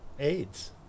AIDS